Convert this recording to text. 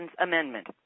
amendment